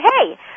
hey